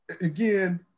again